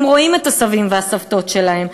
הם רואים את הסבים והסבתות שלהם,